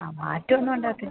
ആ മാറ്റമൊന്നും ഉണ്ടാകത്തില്ല